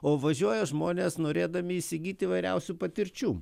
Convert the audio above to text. o važiuoja žmonės norėdami įsigyt įvairiausių patirčių